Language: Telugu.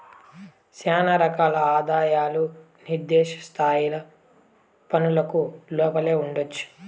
శానా రకాల ఆదాయాలు నిర్దిష్ట స్థాయి పన్నులకు లోపలే ఉండొచ్చు